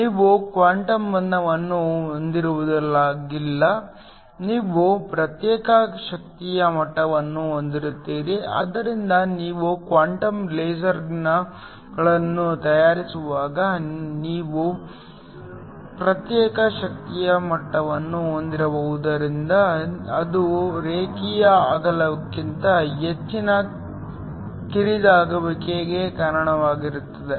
ನೀವು ಕ್ವಾಂಟಮ್ ಬಂಧನವನ್ನು ಹೊಂದಿರುವಾಗಲೆಲ್ಲಾ ನೀವು ಪ್ರತ್ಯೇಕ ಶಕ್ತಿಯ ಮಟ್ಟವನ್ನು ಹೊಂದಿರುತ್ತೀರಿ ಆದ್ದರಿಂದ ನೀವು ಕ್ವಾಂಟಮ್ ಲೇಸರ್ಗಳನ್ನು ತಯಾರಿಸುವಾಗ ನೀವು ಪ್ರತ್ಯೇಕ ಶಕ್ತಿಯ ಮಟ್ಟವನ್ನು ಹೊಂದಿರುವುದರಿಂದ ಅದು ರೇಖೆಯ ಅಗಲಕ್ಕಿಂತ ಹೆಚ್ಚು ಕಿರಿದಾಗುವಿಕೆಗೆ ಕಾರಣವಾಗುತ್ತದೆ